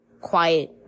quiet